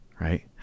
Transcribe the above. right